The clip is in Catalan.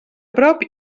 prop